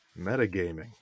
Metagaming